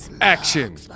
Action